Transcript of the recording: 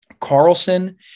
Carlson